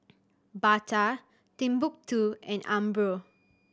Bata Timbuk Two and Umbro